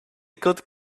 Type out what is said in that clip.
good